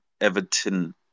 Everton